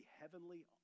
heavenly